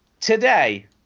Today